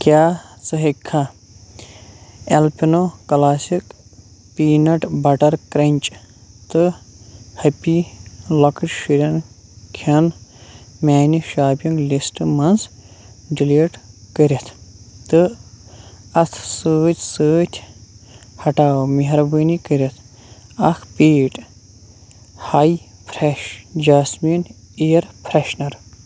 کیٛاہ ژٕ ہٮ۪کھا Alpino classic peanut butter crunch تہٕ ہیپی لۄکٕٹۍ شُرین کھٮ۪ن میانہِ شاپِنٛگ لِسٹہٕ منٛزٕ ڈلیٖٹ کٔرِتھ ؟ تہٕ اتھ سۭتۍ سۭتۍ ہٹاو مہربٲنی کٔرِتھ اکھ پیٖٹۍ hi fresh jasmine air freshener